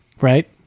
right